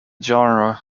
genre